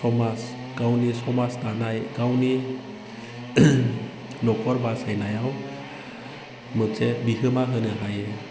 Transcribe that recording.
समाज गावनि समाज दानाय गावनि न'खर बासायनायाव मोनसे बिहोमा होनो हायो